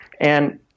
And-